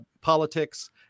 politics